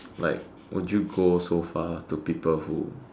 like would you go so far to people who